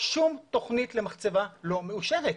שום תכנית למחצבה לא מאושרת.